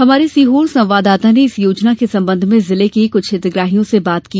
हमारे सीहोर संवाददाता ने इस योजना के संबंध में जिले की कुछ हितग्राहियों से बात की